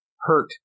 hurt